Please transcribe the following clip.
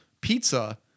pizza